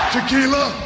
Tequila